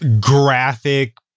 graphic